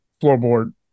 floorboard